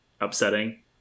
upsetting